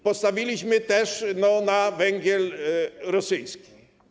Postawiliśmy też na węgiel rosyjski.